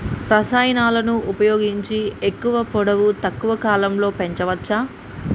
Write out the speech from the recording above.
రసాయనాలను ఉపయోగించి ఎక్కువ పొడవు తక్కువ కాలంలో పెంచవచ్చా?